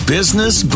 Business